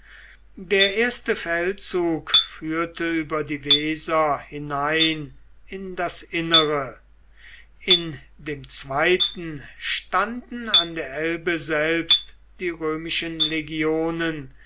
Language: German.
der erste feldzug führte über die weser hinein in das innere in dem zweiten standen an der elbe selbst die römischen legionen